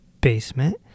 basement